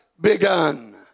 begun